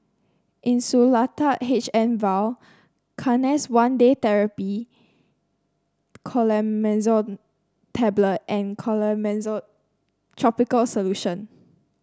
Insulatard H M Vial Canesten One Day Therapy Clotrimazole Tablet and Clotrimozole tropical solution